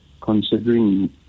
considering